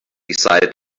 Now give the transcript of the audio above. decided